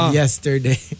yesterday